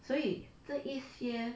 所以这一些